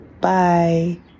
bye